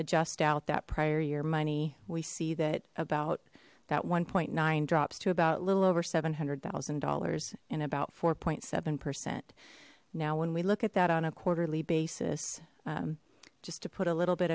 adjust out that prior your money we see that about that one nine drops to about a little over seven hundred thousand dollars in about four point seven percent now when we look at that on a quarterly basis just to put a little bit